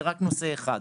זה רק נושא אחד.